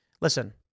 Listen